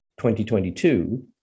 2022